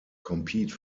compete